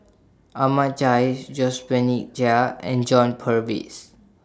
Ahmad Jais Josephine Chia and John Purvis